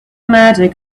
magic